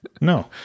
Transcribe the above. No